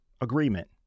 agreement